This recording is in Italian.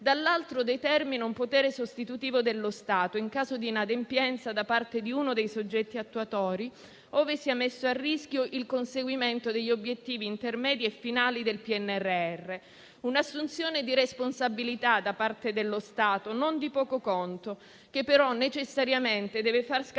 dall'altro, determina un potere sostitutivo dello Stato in caso di inadempienza da parte di uno dei soggetti attuatori, ove sia messo a rischio il conseguimento degli obiettivi intermedi e finali del PNRR. Si tratta di un'assunzione di responsabilità da parte dello Stato non di poco conto, che però necessariamente deve far scaturire